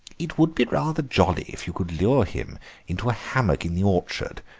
it would be rather jolly if you could lure him into a hammock in the orchard,